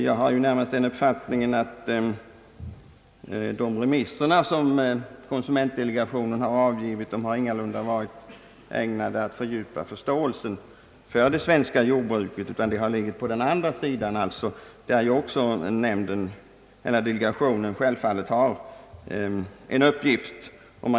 Jag har ju närmast den uppfattningen, att de remisser, som konsumentdelegationen har avgett, ingalunda varit ämnade att fördjupa förståelsen för det svenska jordbruket, utan att dessa har legat på den andra sidan där delegationen självfallet också har en uppgift att fylla.